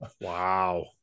Wow